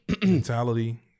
mentality